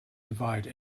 divide